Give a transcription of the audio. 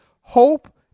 hope